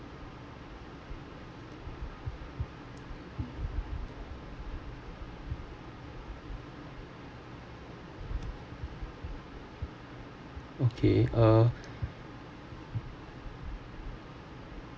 okay ah